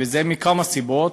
וזה מכמה סיבות,